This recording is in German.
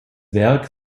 werk